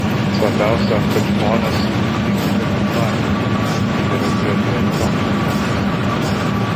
svarbiausia kad žmonės tingi gamint valgyt geriau prie teliko ar kompo sėdi